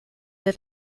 that